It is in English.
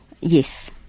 Yes